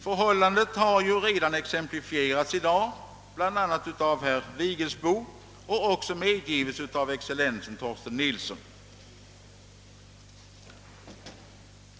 Förhållandet har redan exemplifierats i dag, bl.a. av herr Vigelsbo, och excellensen Nilsson har medgivit att problemet existerar.